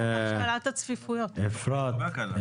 אפרת,